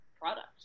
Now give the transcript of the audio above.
product